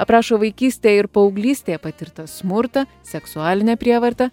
aprašo vaikystėj ir paauglystėje patirtą smurtą seksualinę prievartą